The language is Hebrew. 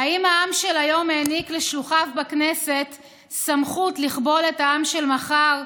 האם העם של היום העניק לשלוחיו בכנסת סמכות לכבול את העם של מחר,